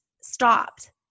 stopped